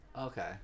Okay